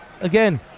again